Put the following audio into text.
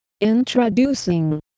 Introducing